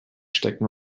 stecken